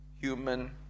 human